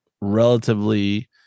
relatively